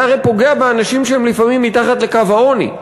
זה הרי פוגע באנשים שהם לפעמים מתחת לקו העוני,